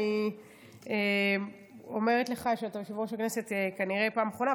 אני אומרת לך שאתה יושב-ראש הכנסת כנראה בפעם האחרונה,